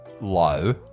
low